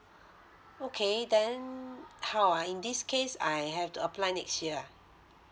okay then how ah in this case I have to apply next year ah